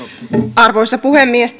arvoisa puhemies